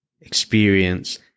experience